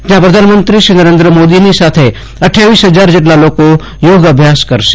જ્યા પ્રધાનમંત્રી શ્રી નરેન્દ્ર મોદીની સાથે અઠ્યાવીસ ફજાર જેટલા લોકો યોગ અભ્યાસ કરશે